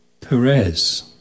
Perez